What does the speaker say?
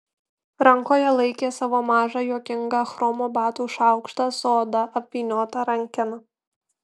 rankoje laikė savo mažą juokingą chromo batų šaukštą su oda apvyniota rankena